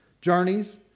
journeys